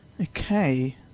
okay